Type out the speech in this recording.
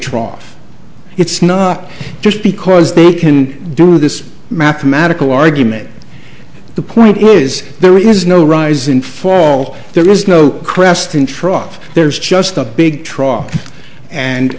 trough it's not just because they can do this mathematical argument the point is there is no rise in for all there is no cresting trough there's just a big truck and